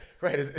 Right